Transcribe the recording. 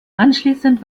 anschliessend